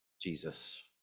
Jesus